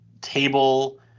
table